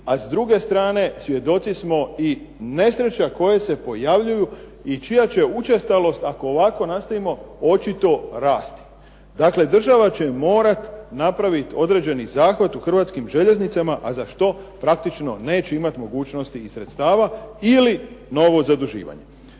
a s druge strane svjedoci smo i nesreća koje se pojavljuju i čija će učestalost ako ovako nastavimo očito rasti. Dakle, država će morati napraviti određeni zahvat u Hrvatskim željeznicama, a za što praktično neće imati mogućnosti i sredstava ili novo zaduživanje.